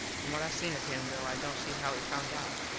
from what i seen of him though i dont see how he found out.